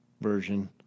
version